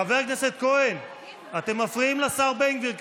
חבר הכנסת כהן, אתם מפריעים לשר בן גביר כרגע.